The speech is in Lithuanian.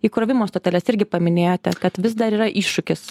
įkrovimo stoteles irgi paminėjote kad vis dar yra iššūkis